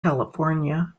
california